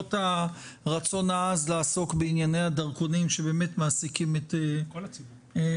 ולמרות הרצון העז לעסוק בענייני הדרכונים שבאמת מעסיקים את כולנו,